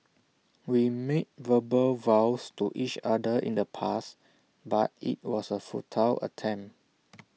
we made verbal vows to each other in the past but IT was A futile attempt